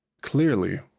Clearly